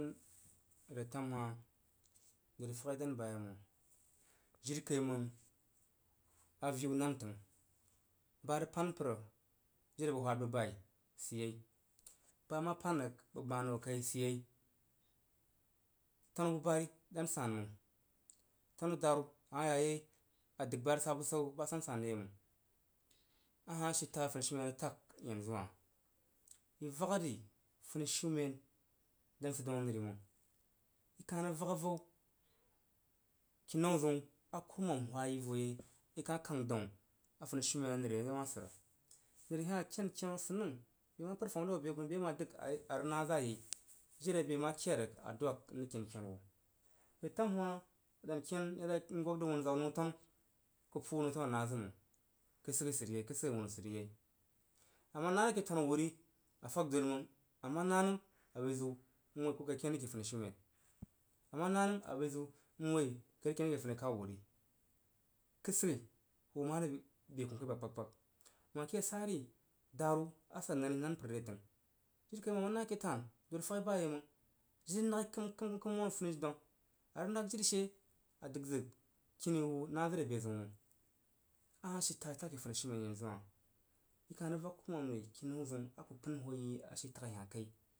netam hah dari faghi dan bayei məng. Jirikaiməng aviu nan fəng. Ba rəg pan mpər jiri abəg whad bəg bai sid yei. Ba ma pan rəg jiri a bəg gbag zəg wo kai sidyei. Taru bu bari dan san məng, tanu daru ama ya yei a dəg ba rəg sa bəsan san san yei məng. A hah ashii taghii a funishinmen rəg tag yanzu hah. I vak ari funishiumen dan sid dann anəri məng i kah rəg vag avau kinau ndun a kurumam hwa yi vo yei ikah kang dah funishiumen a nəri a wah sir nəri a ken kenu asənəng be ma pəd fam re wo ade koh ri, arəg dəg a rəg nah za yei be ma ked rəg a rəg dwag na rəg dag kenu wu retam hah a ken da zəg n gwag zəg wunza wu nəutanya ku puu wuh nəu tang anah zəg məng kə siga sid riyei, kədsigh mən sid ri yei. A ma nah re ke tanu wu ri a fag dari məng. Ama na nəm a bəi ziw n woi ko kai rəg ken ri ke funishiumen ama na nəm abəiziw nwoiko kai rəg ken ri ke funikauwuri kəisigh hoo mare bei be koh rəg aba kpag kpag wah ke sari daru a sah nani nan mpərre təng jirikaiməng ama na ke tan dori paghi baməng jiri naghi kəm, kəm kəm mon funi dong. A rəg nag jiri she a dəg zəg kini wu nah re bezaun məng a she ashi taghi a tag ake funishiumen yanzuhah. I kah rəg vag kurumam ri kinnan zəu aku pən hoo yi ashii taghi hah kai.